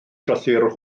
llythyr